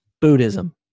Buddhism